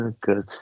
good